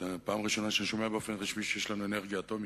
זו הפעם הראשונה שאני שומע באופן רשמי שיש לנו אנרגיה אטומית,